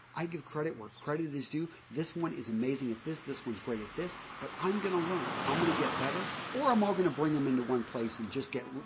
i give credit where credit is due, this one is amazing at this, this one is great at this, but i'm going to learn i'm going to get better or i'm all going to bring them into one place and just get,